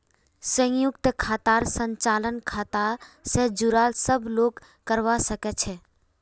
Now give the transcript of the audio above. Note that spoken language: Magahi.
संयुक्त खातार संचालन खाता स जुराल सब लोग करवा सके छै